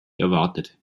erwartet